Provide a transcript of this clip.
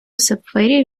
сапфирів